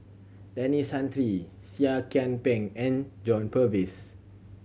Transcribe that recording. Denis Santry Seah Kian Peng and John Purvis